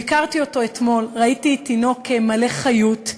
ביקרתי אותו אתמול, ראיתי תינוק מלא חיות.